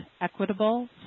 equitable